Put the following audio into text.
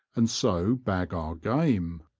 and so bag our game.